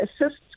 assists